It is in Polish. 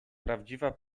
prawdziwa